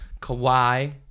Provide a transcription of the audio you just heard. Kawhi